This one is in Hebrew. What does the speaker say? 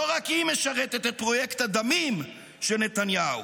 לא רק היא משרתת את פרויקט הדמים של נתניהו,